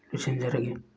ꯂꯣꯏꯁꯤꯟꯖꯔꯒꯦ